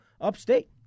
upstate